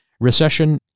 recession